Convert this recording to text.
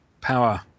power